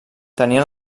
tenien